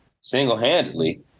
single-handedly